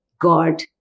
God